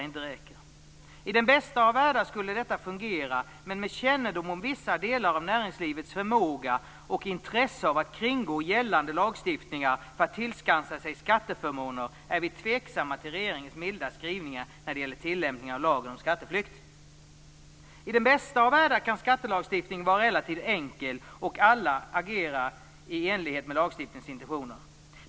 I den bästa av världar skulle detta fungera, men med kännedom om vissa delar av näringslivets förmåga och intresse av att kringgå gällande lagstiftningar för att tillskansa sig skatteförmåner var vi tveksamma till regeringens milda skrivningar när det gäller tillämpningar av lagen om skatteflykt. I den bästa av världar kan skattelagstiftningen vara relativt enkel, och alla agerar i enlighet med lagstiftningens intentioner.